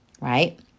right